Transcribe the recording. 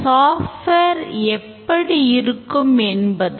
சாப்ட்வேரை செய்ய முடியாது